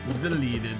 Deleted